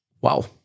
Wow